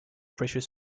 precious